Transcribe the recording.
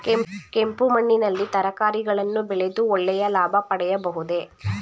ಕೆಂಪು ಮಣ್ಣಿನಲ್ಲಿ ತರಕಾರಿಗಳನ್ನು ಬೆಳೆದು ಒಳ್ಳೆಯ ಲಾಭ ಪಡೆಯಬಹುದೇ?